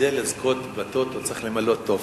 כדי לזכות בטוטו צריך למלא טופס.